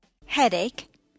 Headache